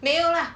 没有 lah